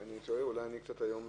אני תוהה, אולי היום אני קצת מבולבל.